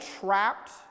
trapped